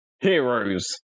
Heroes